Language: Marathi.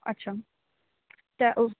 अच्छा त्या